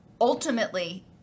ultimately